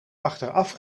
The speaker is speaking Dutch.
achteraf